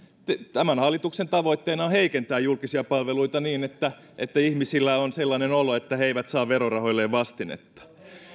tämän hallituksen tavoitteena on heikentää julkisia palveluita niin että että ihmisillä on sellainen olo että he eivät saa verorahoilleen vastinetta